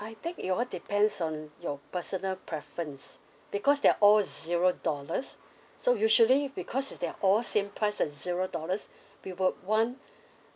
I think it all depends on your personal preference because they're all zero dollars so usually because they're all same price at zero dollars people want